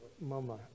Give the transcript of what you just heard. Mama